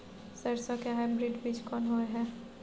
सरसो के हाइब्रिड बीज कोन होय है?